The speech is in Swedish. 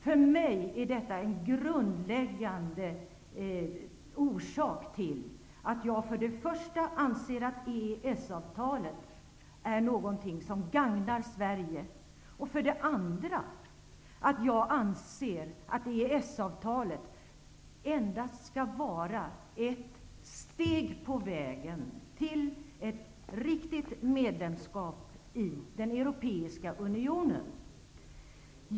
För mig är detta en grundläggande anledning till att jag för det första anser att EES-avtalet gagnar Sverige och för det andra att EES-avtalet endast skall vara ett steg på vägen till ett riktigt medlemskap i den europeiska unionen.